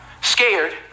scared